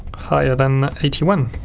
higher than eighty one.